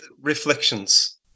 reflections